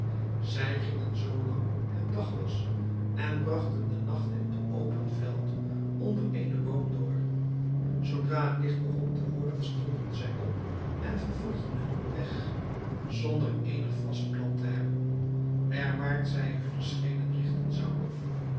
zij gingen zoo lang het dag was en bragten den nacht in het open veld onder eenen boom door zoodra het licht begon te worden stonden zij op en vervolgden hunnen weg zonder eenig vast plan te hebben werwaarts zij hunne schreden rigten zouden